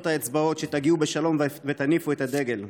האצבעות שתגיעו בשלום ותניפו את הדגל.